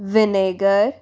vinegar